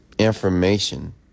Information